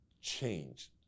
changed